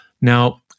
Now